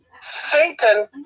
Satan